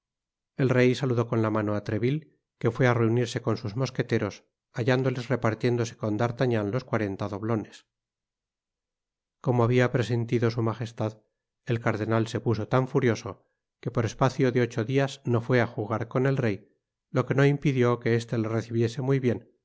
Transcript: el rey saludó con la mano á treville quien fué á reunirse con sus mosqueteros hallándoles repartiéndose con d'artagnan los cuarenta doblones como habia presentido su magestad el cardenal se puso tan furioso qué por espacio de ocho dias no íaé á jugar con el rey lo que no impidió que este le recibiese muy bien